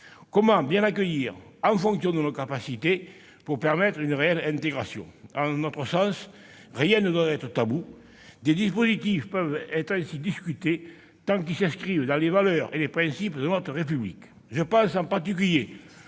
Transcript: Comment bien accueillir, en fonction de nos capacités, pour permettre une réelle intégration ? À notre sens, rien ne doit être tabou : tout dispositif peut être discuté tant qu'il s'inscrit dans les valeurs et principes de notre République. Je pense, en particulier,